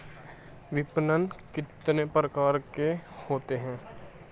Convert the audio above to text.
विपणन कितने प्रकार का होता है?